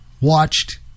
watched